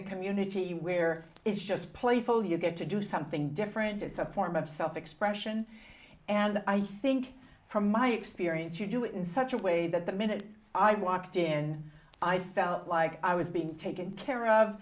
a community where it's just playful you get to do something different it's a form of self expression and i think from my experience you do it in such a way that the minute i walked in i felt like i was being taken care of